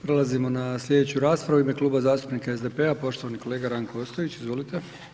Prelazimo na slijedeću raspravu u ime Kluba zastupnika SDP-a poštovani kolega Ranko Ostojić, izvolite.